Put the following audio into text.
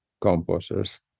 composers